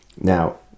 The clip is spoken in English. Now